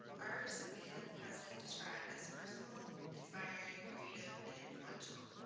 our recipient has been described as personal, inspiring, creative, and influential,